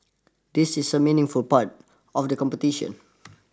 this is a meaningful part of the competition